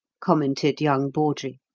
commented young bawdrey.